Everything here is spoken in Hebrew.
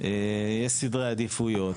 יש סדרי עדיפויות.